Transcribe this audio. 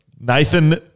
Nathan